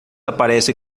aparece